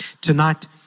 Tonight